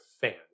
fan